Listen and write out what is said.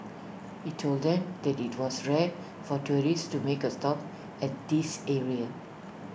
he told them that IT was rare for tourists to make A stop at this area